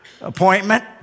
appointment